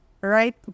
right